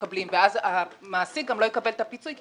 ואז המעסיק גם לא יקבל את הפיצוי כי